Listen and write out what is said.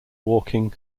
walking